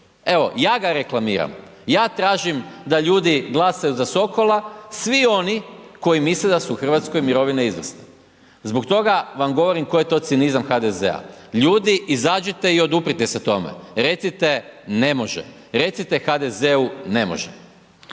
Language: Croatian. Evo ja ga reklamiram, ja tražim da ljudi glasaju za Sokola, svi oni koji misle da u Hrvatskoj mirovine izvrsne. Zbog toga vam govorim koji je to cinizam HDZ-a, ljudi izađite i oduprite se tome, recite ne može, recite HDZ-u ne može.